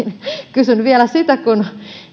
kysyn vielä siitä kun